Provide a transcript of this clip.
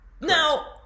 Now